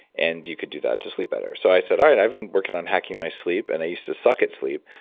and you could do that to sleep better. so i said, all right, i've been working on hacking my sleep, and i used to suck at sleep.